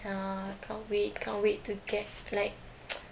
ya can't wait can't wait to get like